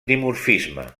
dimorfisme